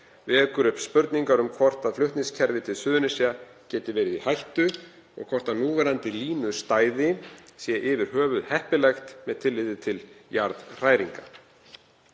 vekur upp spurningar um hvort flutningskerfi til Suðurnesja geti verið í hættu og hvort núverandi línustæði sé yfir höfuð heppilegt með tilliti til jarðhræringa.